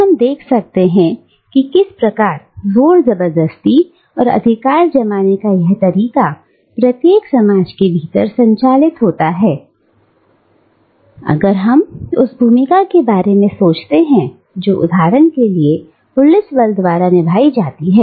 हम देख सकते हैं कि किस प्रकार जोर जबरदस्ती और अधिकार जमाने का यह तरीका प्रत्येक समाज के भीतर संचालित होता है अगर हम उस भूमिका के बारे में सोचते हैं जो उदाहरण के लिए पुलिस बल द्वारा निभाई जाती है